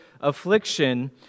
affliction